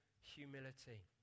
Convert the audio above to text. humility